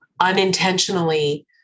unintentionally